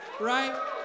right